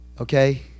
Okay